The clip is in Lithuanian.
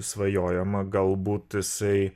svajojama galbūt jisai